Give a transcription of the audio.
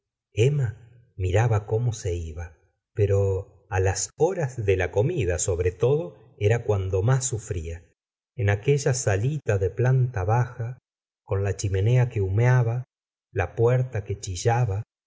emma miraba como se iba pero las horas de la comida sobre todo era cuando más sufría en aquella salita de planta baja con la chimenea que humeaba la puerta que chillaba